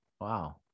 wow